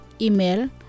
Email